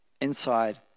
inside